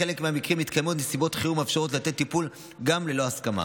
בחלק מהמקרים מתקיימות נסיבות חירום המאפשרות לתת טיפול גם ללא הסכמה.